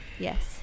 Yes